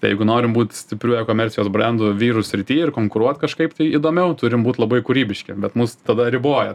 tai jeigu norim būt stipriu ekomercijos brendu vyrų srity ir konkuruot kažkaip tai įdomiau turim būt labai kūrybiški bet mus tada riboja